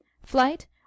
flight